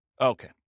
Okay